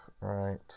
right